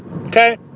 Okay